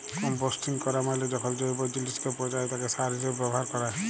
composting ক্যরা মালে যখল জৈব জিলিসকে পঁচায় তাকে সার হিসাবে ব্যাভার ক্যরে